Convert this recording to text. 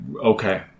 Okay